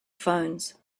phones